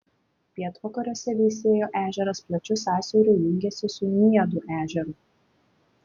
pietvakariuose veisiejo ežeras plačiu sąsiauriu jungiasi su niedų ežeru